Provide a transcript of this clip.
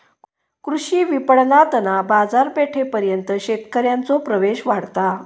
कृषी विपणणातना बाजारपेठेपर्यंत शेतकऱ्यांचो प्रवेश वाढता